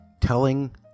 telling